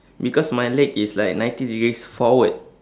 because my leg is like ninety degrees forward